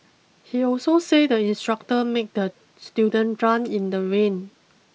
he also said the instructor made the student run in the rain